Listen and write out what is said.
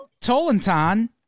Tolentan